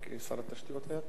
כי שר התשתיות היה כאן.